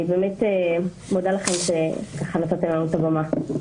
אני מודה לכם שנתתם לנו את הבמה.